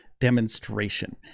demonstration